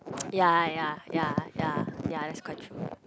yea yea yea yea yea that's quite true